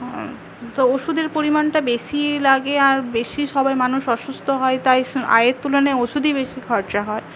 তো ওষুধের পরিমাণটা বেশি লাগে আর বেশি সবাই মানুষ অসুস্থ হয় তাই আয়ের তুলনাই ওষুধই বেশি খরচা হয়